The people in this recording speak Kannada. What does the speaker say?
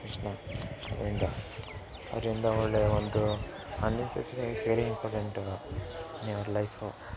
ಕೃಷ್ಣ ಅದರಿಂದ ಅದರಿಂದ ಒಳ್ಳೆಯ ಒಂದು very important in your life